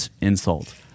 insult